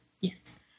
Yes